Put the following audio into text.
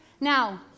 Now